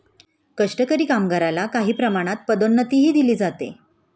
कष्टकरी कामगारला काही प्रमाणात पदोन्नतीही दिली जाते